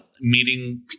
meeting